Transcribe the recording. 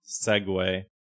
segue